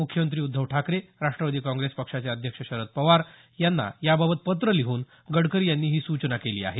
मुख्यमंत्री उद्धव ठाकरे राष्ट्रवादी काँग्रेस पक्षाचे अध्यक्ष शरद पवार यांना याबाबत पत्र लिहून गडकरी यांनी ही सूचना केली आहे